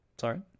Sorry